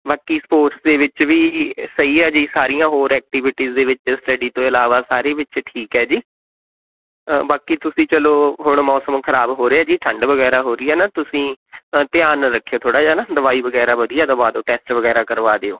ਬਾਕੀ ਸਪੋਰਟਸ ਦੇ ਵਿੱਚ ਵੀ ਸਹੀ ਹੈ ਜੀ ਸਾਰੀਆਂ ਹੋਰ ਐਕਟੀਵਿਟੀਜ ਦੇ ਵਿੱਚ ਸਟਡੀ ਤੋਂ ਇਲਾਵਾ ਸਾਰੇ ਵਿੱਚ ਠੀਕ ਹੈ ਜੀ ਬਾਕੀ ਤੁਸੀਂ ਚੱਲੋ ਹੁਣ ਮੌਸਮ ਖਰਾਬ ਹੋ ਰਿਹਾ ਜੀ ਠੰਡ ਵਗੈਰਾ ਹੋ ਰਹੀ ਹੈ ਨਾ ਤੁਸੀਂ ਧਿਆਨ ਰੱਖਿਓ ਥੋੜ੍ਹਾ ਜਿਹਾ ਨਾ ਦਵਾਈ ਵਗੈਰਾ ਵਧੀਆ ਦਵਾ ਦਿਉ ਟੈਸਟ ਵਗੈਰਾ ਕਰਵਾ ਦਿਓ